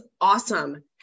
awesome